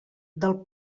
del